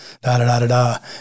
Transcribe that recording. da-da-da-da-da